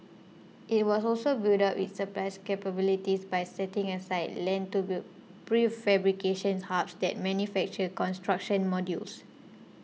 it will all also build up its supplies capabilities by setting aside land to build prefabrication's hubs that manufacture construction modules